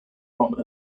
from